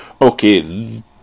okay